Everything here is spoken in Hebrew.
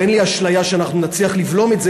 אין לי אשליה שאנחנו נצליח לבלום את זה,